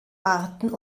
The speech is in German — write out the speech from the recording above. arten